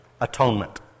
atonement